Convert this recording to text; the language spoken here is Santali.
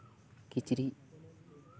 ᱠᱤᱪᱮᱤᱪ